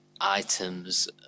items